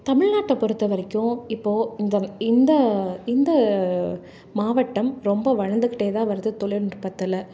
தமிழ்நாட்டை பொறுத்த வரைக்கும் இப்போது இந்த இந்த இந்த மாவட்டம் ரொம்ப வளர்ந்துக்கிட்டே தான் வருது தொழில்நுட்பத்தில்